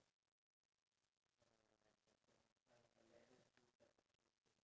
the first time that you met that person then what's the point marriage is just marriage you know